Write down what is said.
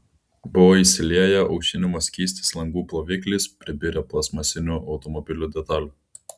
buvo išsilieję aušinimo skystis langų ploviklis pribirę plastmasinių automobilių detalių